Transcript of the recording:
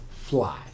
fly